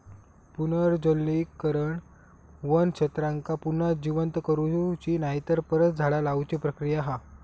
पुनर्जंगलीकरण वन क्षेत्रांका पुन्हा जिवंत करुची नायतर परत झाडा लाऊची प्रक्रिया हा